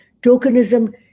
tokenism